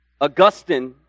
Augustine